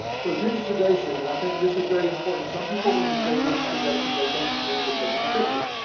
ah so digitization and i think this is very important some people when you say digitization. they think you mean we're taking a picture